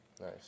nice